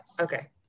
Okay